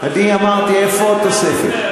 אני אמרתי איפה התוספת.